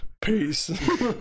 Peace